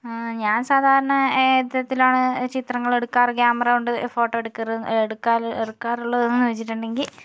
ഞാൻ സാധാരണ എത്തരത്തിലാണ് ചിത്രങ്ങളെടുക്കാറ് ക്യാമറ കൊണ്ട് ഫോട്ടോ എടുക്കറ് എടുക്കാറ് എടുക്കാറുള്ളതെന്ന് വച്ചിട്ടുണ്ടെങ്കിൽ